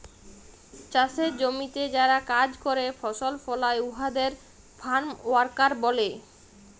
চাষের জমিতে যারা কাজ ক্যরে ফসল ফলায় উয়াদের ফার্ম ওয়ার্কার ব্যলে